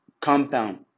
compound